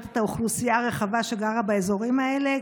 את האוכלוסייה הרחבה שגרה באזורים האלה,